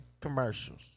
commercials